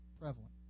prevalent